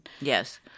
Yes